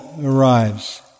arrives